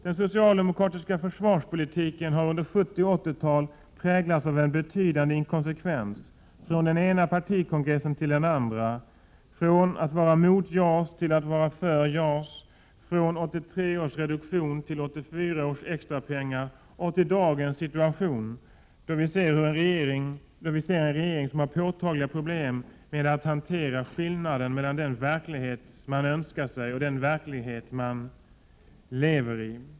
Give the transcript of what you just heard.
Den socialdemokratiska försvarspolitiken har under 70 och 80-talet präglats av en betydande inkonsekvens från den ena partikongressen till den andra — först var man mot JAS och sedan var man för JAS och först var det 1983 års reduktion och sedan blev det 1984 års extrapengar — och fram till dagens situation. Nu ser vi en regering som har påtagliga problem när det gäller att hantera skillnaden mellan den verklighet som man önskar sig och den verklighet som man lever 1.